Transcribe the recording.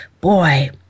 boy